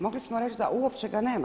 Mogli smo reći da uopće ga nema.